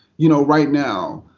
you know, right now.